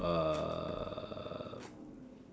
uh